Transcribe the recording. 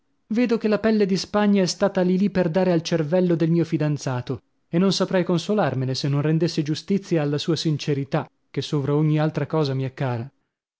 vedo che la pelle di spagna è stata lì lì per dare al cervello del mio fidanzato e non saprei consolarmene se non rendessi giustizia alla sua sincerità che sovra ogni altra cosa mi è cara